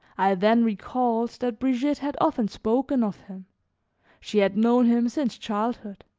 i then recalled that brigitte had often spoken of him she had known him since childhood.